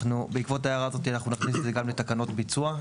בעקבות הערה זו אנחנו נכניס את זה גם לתקנות ביצוע,